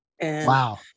Wow